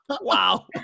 wow